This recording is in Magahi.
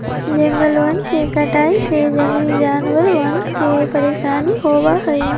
जंगलवन के कटाई से जंगली जानवरवन के परेशानी होबा हई